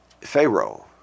Pharaoh